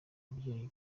ababyeyi